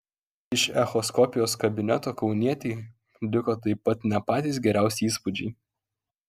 iš echoskopijos kabineto kaunietei liko taip pat ne patys geriausi įspūdžiai